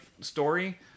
story